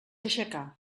aixecar